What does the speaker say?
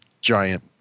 giant